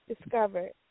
discovered